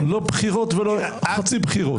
לא בחירות ולא חצי בחירות.